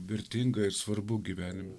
vertinga ir svarbu gyvenime